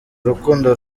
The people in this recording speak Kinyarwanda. rukundo